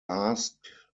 asked